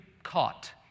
caught